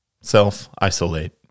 Self-isolate